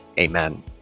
Amen